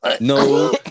no